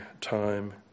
time